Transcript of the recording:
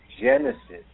Genesis